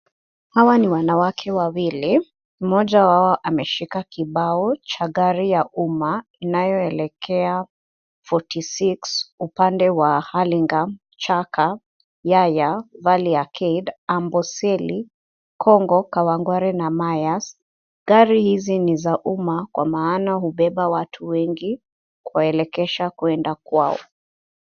Hawa ni wanawake wawili, mmoja wao ameshika kibao cha gari ya umma inayoelekea 46 upande wa Hullingam , Chaka, Yaya, Valley Arcade, Amboseli, Kongo, Kawangware na Mayas. Gari hizi ni za umma kwa maana hubeba watu wengi kuwaelekesha kuenda kwao.